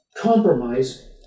compromise